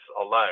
alone